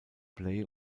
play